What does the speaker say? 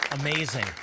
Amazing